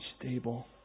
stable